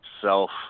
self